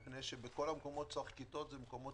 כי בכל המקומות שבהם צריך כיתות אלה מקומות